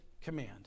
command